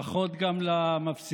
ברכות גם למפסידים.